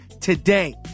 today